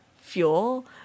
fuel